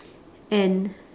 and